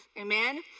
Amen